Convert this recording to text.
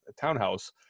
townhouse